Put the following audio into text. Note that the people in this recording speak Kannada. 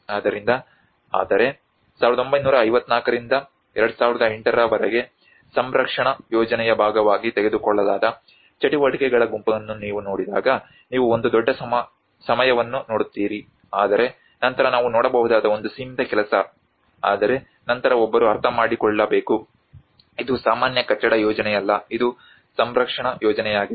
ಆದ್ದರಿಂದ ಆದರೆ 1954 ರಿಂದ 2008 ರವರೆಗೆ ಸಂರಕ್ಷಣಾ ಯೋಜನೆಯ ಭಾಗವಾಗಿ ತೆಗೆದುಕೊಳ್ಳಲಾದ ಚಟುವಟಿಕೆಗಳ ಗುಂಪನ್ನು ನೀವು ನೋಡಿದಾಗ ನೀವು ಒಂದು ದೊಡ್ಡ ಸಮಯವನ್ನು ನೋಡುತ್ತೀರಿ ಆದರೆ ನಂತರ ನಾವು ನೋಡಬಹುದಾದ ಒಂದು ಸೀಮಿತ ಕೆಲಸ ಆದರೆ ನಂತರ ಒಬ್ಬರು ಅರ್ಥಮಾಡಿಕೊಳ್ಳಬೇಕು ಇದು ಸಾಮಾನ್ಯ ಕಟ್ಟಡ ಯೋಜನೆಯಲ್ಲ ಇದು ಸಂರಕ್ಷಣಾ ಯೋಜನೆಯಾಗಿದೆ